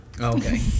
Okay